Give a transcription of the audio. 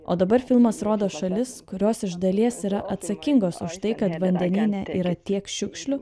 o dabar filmas rodo šalis kurios iš dalies yra atsakingos už tai kad vandenyne yra tiek šiukšlių